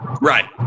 Right